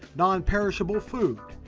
non-perishable food,